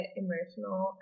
emotional